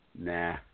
nah